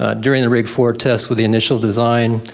ah during the rig four test with the initial design,